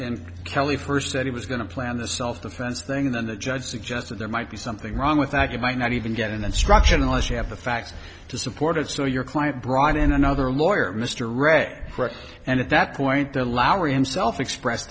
going kelly first said he was going to plan the self defense thing then the judge suggested there might be something wrong with that you might not even get an instruction unless you have the facts to support it so your client brought in another lawyer mr ray correct and at that point there lowery himself express